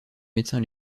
médecin